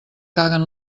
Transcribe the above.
caguen